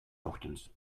ochtends